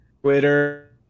Twitter